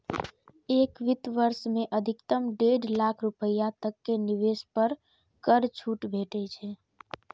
एक वित्त वर्ष मे अधिकतम डेढ़ लाख रुपैया तक के निवेश पर कर छूट भेटै छै